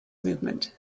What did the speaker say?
movement